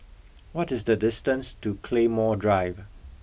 what is the distance to Claymore Drive